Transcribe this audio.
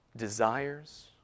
Desires